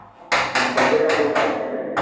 ના બજેટ આપણું હાઇ છે